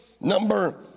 number